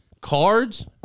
Cards